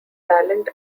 talent